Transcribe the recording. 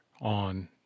on